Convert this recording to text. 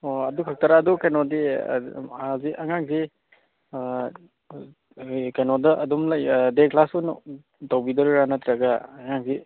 ꯑꯣꯑꯣ ꯑꯗꯨ ꯈꯛꯇꯔ ꯑꯗꯨ ꯀꯩꯅꯣꯗꯤ ꯑꯁꯤ ꯑꯉꯥꯡꯗꯤ ꯑꯩꯈꯣꯏꯒꯤ ꯀꯩꯅꯣꯗ ꯑꯗꯨꯝ ꯂꯩ ꯗꯦ ꯀ꯭ꯂꯥꯁ ꯑꯣꯏꯅ ꯇꯧꯕꯤꯗꯣꯏꯔꯥ ꯅꯠꯇ꯭ꯔꯒ ꯑꯉꯥꯡꯁꯤ